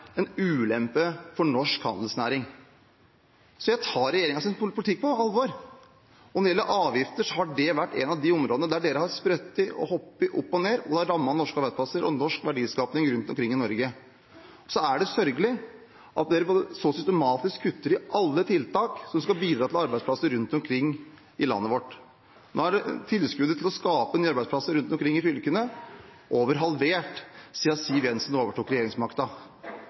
en ulempe for norsk handelsnæring. Så jeg tar regjeringens politikk på alvor. Og når det gjelder avgifter, har det vært et av de områdene hvor regjeringen har sprettet og hoppet opp og ned, og det har rammet norske arbeidsplasser og norsk verdiskaping rundt omkring i Norge. Det er også sørgelig at man så systematisk kutter i alle tiltak som skal bidra til arbeidsplasser rundt omkring i landet vårt. Nå er tilskuddet til å skape nye arbeidsplasser rundt omkring i fylkene mer enn halvert siden da Siv Jensen overtok